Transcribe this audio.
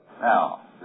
Now